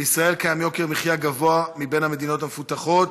בישראל יוקר המחיה הוא הגבוה ביותר במדינות המפותחות.